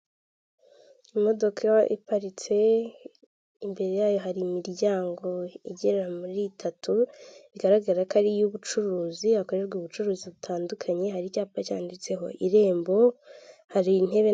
Imodoka iba iparitse imbere yayo hari imiryango igera muri itatu igaragara ko ari iy'ubucuruzi hakorerwa ubucuruzi butandukanye hari icyapa cyanditseho irembo hari intebe.